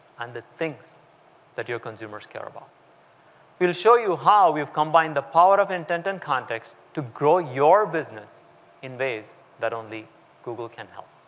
and the things that your consumers care about about. we'll show you how we've combined the power of intent and context to grow your business in ways that only google can help.